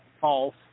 false